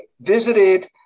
visited